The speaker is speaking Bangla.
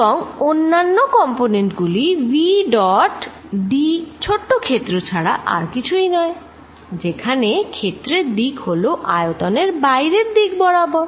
এবং অন্যান্য কম্পোনেন্ট গুলি v ডট d ছোট ক্ষেত্র ছাড়া আর কিছুই না যেখানে ক্ষেত্রর দিক হলো আয়তন এর বাইরের দিক বরাবর